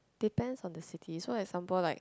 depends on the city so example like